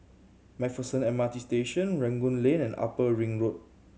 Macpherson M R T Station Rangoon Lane and Upper Ring Road